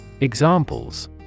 Examples